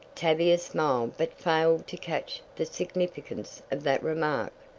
tavia smiled but failed to catch the significance of that remark.